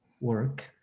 work